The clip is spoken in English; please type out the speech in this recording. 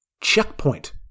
checkpoint